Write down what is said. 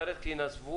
תסכם.